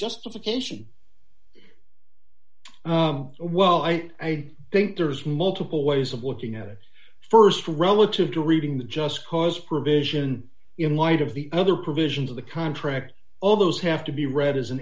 justification well i think there's multiple ways of looking at it st relative to reading the just cause provision in light of the other provisions of the contract all those have to be read as an